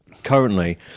currently